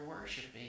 worshiping